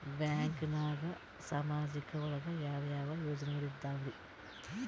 ಬ್ಯಾಂಕ್ನಾಗ ಸಾಮಾಜಿಕ ಒಳಗ ಯಾವ ಯಾವ ಯೋಜನೆಗಳಿದ್ದಾವ್ರಿ?